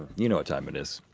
you know what time it is.